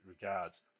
regards